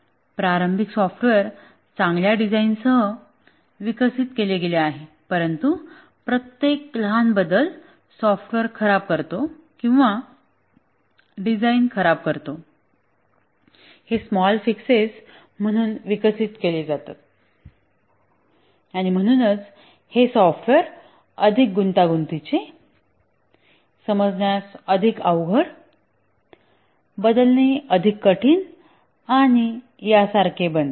प्रारंभिक सॉफ्टवेअर चांगल्या डिझाइनसह विकसित केले गेले आहे परंतु प्रत्येक लहान बदल सॉफ्टवेअर खराब करतो किंवा डिझाइन खराब करतो हे स्मॉल फिक्सएस म्हणून विकसित केले जातात आणि म्हणूनच हे सॉफ्टवेअर अधिक गुंतागुंतीचे समजण्यास अधिक अवघड बदलणे अधिक कठीण आणि यासारखे बनवते